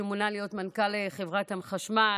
שמונה להיות מנכ"ל חברת החשמל,